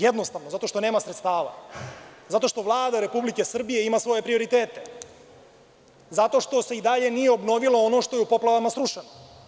Jednostavno, zato što nema sredstava, zato što Vlada Republike Srbije ima svoje prioritete, zato što se i dalje nije obnovilo ono što je u poplavama srušeno.